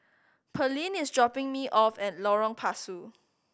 Pearlene is dropping me off at Lorong Pasu